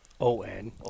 O-N